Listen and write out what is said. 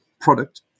product